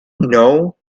know